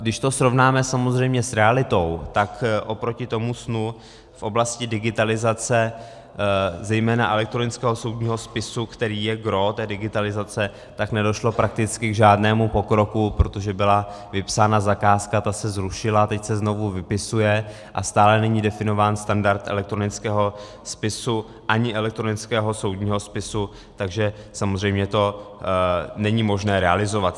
Když to srovnáme s realitou, tak oproti tomu snu v oblasti digitalizace, zejména elektronického soudního spisu, který je gros té digitalizace, tak nedošlo prakticky k žádnému pokroku, protože byla vypsána zakázka, ta se zrušila, teď se znovu vypisuje a stále není definován standard elektronického spisu ani elektronického soudního spisu, takže tento bod samozřejmě není možné realizovat.